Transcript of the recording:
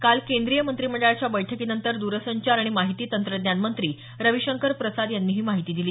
काल केंद्रीय मंत्रिमंडळाच्या बैठकीनंतर द्रसंचार आणि माहिती तंत्रज्ञान मंत्री रविशंकर प्रसाद यांनी ही माहिती दिली